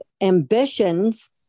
ambitions